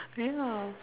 ya